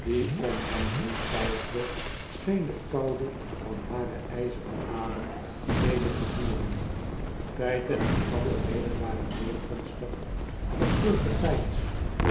de tochtwind dieomhemheen saisde scheen de koude van haren peren adem mede te voeren tgd en omstandigheden waren zeer gunstig voor stil gepeins